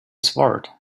sword